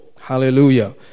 Hallelujah